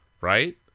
right